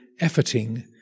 efforting